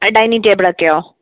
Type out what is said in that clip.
dining table ഒക്കെയോ